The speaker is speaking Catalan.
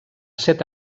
set